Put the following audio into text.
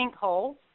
sinkhole